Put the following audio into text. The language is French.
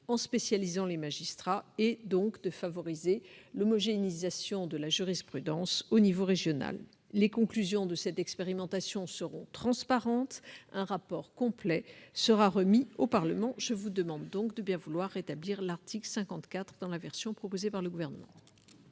les plus techniques et donc de favoriser l'homogénéisation de la jurisprudence au niveau régional. Les conclusions de cette expérimentation seront transparentes ; un rapport complet sera remis au Parlement. Je vous demande donc de bien vouloir rétablir l'article 54 dans la version que vous propose ici le Gouvernement.